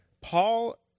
Paul